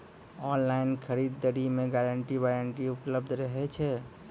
Online खरीद दरी मे गारंटी वारंटी उपलब्ध रहे छै?